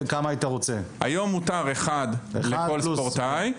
תקצוב התאחדות הספורט המוטורי בישראל.